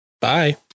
bye